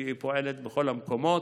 ופועלת בכל המקומות.